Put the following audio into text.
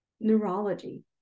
neurology